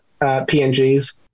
PNGs